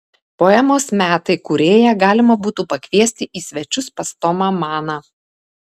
poemos metai kūrėją galima būtų pakviesti į svečius pas tomą maną